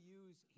use